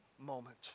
moment